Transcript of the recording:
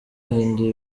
bahinduye